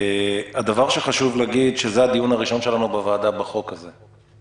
הדבר שחשוב להגיד הוא שזה הדיון הראשון שלנו בוועדה בחוק הזה.